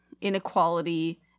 inequality